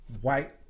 white